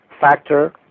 factor